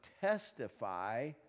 testify